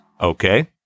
Okay